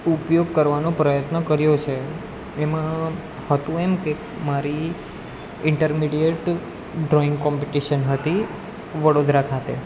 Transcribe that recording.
ઉપયોગ કરવાનો પ્રયત્ન કર્યો છે એમાં હતું એમ કે મારી ઇન્ટરમિડીએટ ડ્રોઈંગ કોમ્પિટિશન હતી વડોદરા ખાતે